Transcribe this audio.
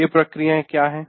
ये प्रक्रियाएं क्या हैं